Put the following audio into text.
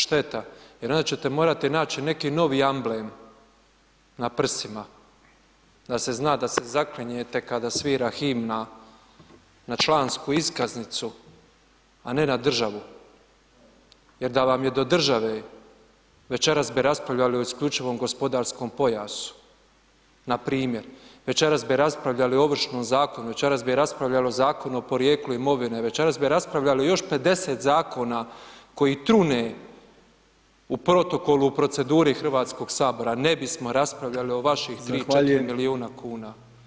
Šteta jer onda ćete morati nać neki novi amblem na prsima da se zna da se zaklinjete kada svira himna na člansku iskaznicu, a ne na državu jer da vam je do države, večeras bi raspravljali o isključivom gospodarskom pojasu npr., večeras bi raspravljali o Ovršnom zakonu, večeras bi raspravljali o Zakonu o porijeklu imovine, večeras bi raspravljali još 50 zakona koji trune u protokolu, u proceduri HS, ne bismo raspravljali o vaših [[Upadica: Zahvaljujem]] 3, 4 milijuna kuna.